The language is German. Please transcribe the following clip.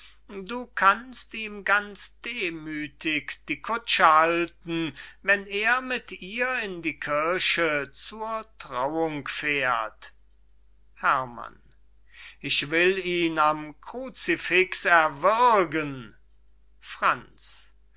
du kannst ihm ganz demüthig die kutsche halten wenn er mit ihr in die kirche zur trauung fährt herrmann ich will ihn am krucifix erwürgen franz